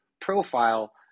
profile